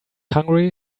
hungry